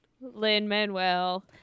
Lin-Manuel